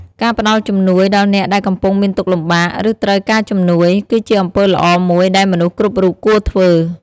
ការផ្តល់ជំនួយដល់អ្នកដែលកំពុងមានទុក្ខលំបាក ឬត្រូវការជំនួយ គឺជាអំពើល្អមួយដែលមនុស្សគ្រប់រូបគួរធ្វើ។